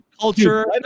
culture